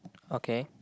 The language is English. okay